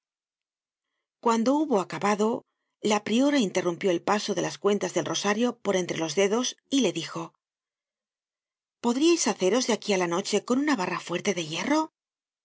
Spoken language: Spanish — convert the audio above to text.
cuando hubo acabado la priora interrumpió el paso de las cuentas del rosario por entre los dedos y le dijo podríais haceros de aquí á la noche con una barra fuerte de hierro